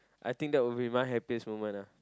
I think that will be my happiest moment lah